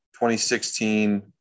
2016